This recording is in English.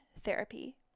therapy